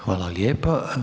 Hvala lijepa.